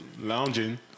lounging